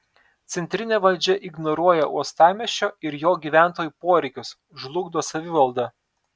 centrinė valdžia ignoruoja uostamiesčio ir jo gyventojų poreikius žlugdo savivaldą